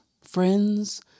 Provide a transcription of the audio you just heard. friends